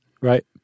Right